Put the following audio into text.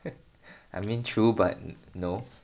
I mean true but no